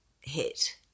hit